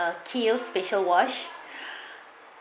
a Kiehl's facial wash